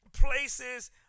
places